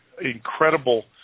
incredible